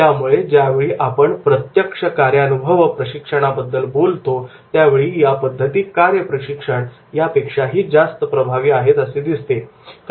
त्यामुळे ज्यावेळी आपण प्रत्यक्ष कार्यानुभव प्रशिक्षणा बद्दल बोलतो त्यावेळी या पद्धती कार्य प्रशिक्षण यापेक्षाही जास्त प्रभावी आहेत असे दिसते